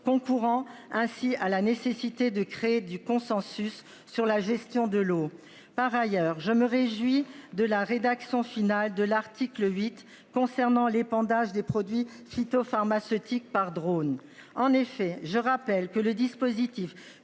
concourant ainsi à la nécessité de créer du consensus sur la gestion de l'eau. Par ailleurs, je me réjouis de la rédaction finale de l'article 8 concernant l'épandage des produits phytopharmaceutiques par drone. En effet, je rappelle que le dispositif